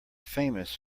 famous